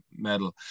Medal